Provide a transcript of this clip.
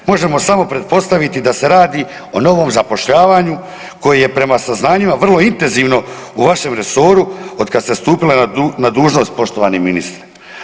Možemo samo pretpostaviti da se radi o novom zapošljavanju koji je prema saznanjima vrlo intenzivno u vašem resoru od kad ste stupili na dužnost poštovani ministre.